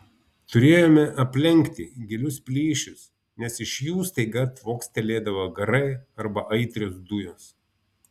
turėjome aplenkti gilius plyšius nes iš jų staiga tvokstelėdavo garai arba aitrios dujos